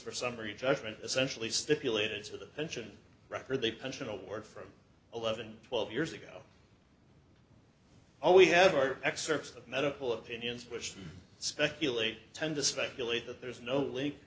for summary judgment essentially stipulated to the pension record the pension award from eleven twelve years ago all we have are excerpts of medical opinions which to speculate tend to speculate that there is no link